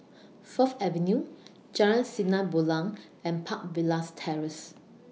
Fourth Avenue Jalan Sinar Bulan and Park Villas Terrace